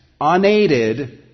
unaided